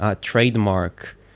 trademark